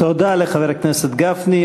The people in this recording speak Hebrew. תודה לחבר הכנסת גפני.